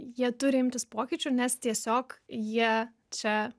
jie turi imtis pokyčių nes tiesiog jie čia